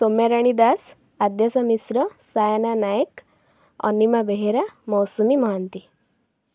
Soumyarani Das Adyasha Mishra Saina Nayak Anima Behera Mousumi Mohanty